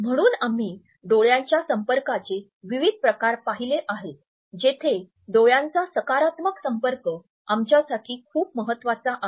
म्हणून आम्ही डोळ्याच्या संपर्कांचे विविध प्रकार पाहिले आहेत जेथे डोळ्यांचा सकारात्मक संपर्क आमच्यासाठी खूप महत्वाचा आहे